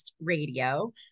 Radio